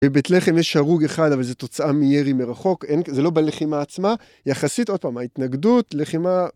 בבית לחם יש הרוג אחד אבל זו תוצאה מירי מרחוק, זה לא בלחימה עצמה. יחסית..., עוד פעם..., ההתנגדות לחימה